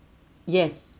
yes